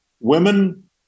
women